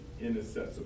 inaccessible